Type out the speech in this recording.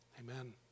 Amen